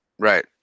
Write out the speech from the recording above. Right